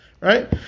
Right